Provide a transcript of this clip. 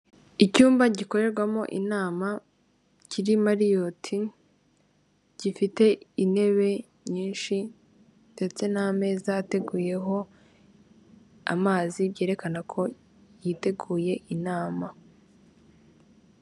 Icyumba gikorerwamo inama kiri Mariyoti gifite intebe nyinshi ndetse n'ameza ateguyeho amazi byerekana ko yiteguye inama.